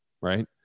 Right